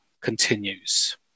continues